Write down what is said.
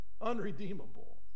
unredeemable